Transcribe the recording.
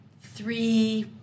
three